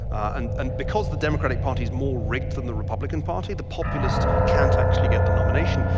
and and because the democratic party is more rigged than the republican party, the populists can't actually get the nomination,